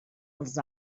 els